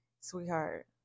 sweetheart